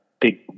big